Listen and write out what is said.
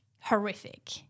horrific